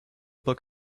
book